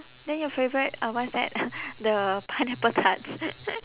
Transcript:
then your favourite uh what's that uh the pineapple tarts